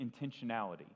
intentionality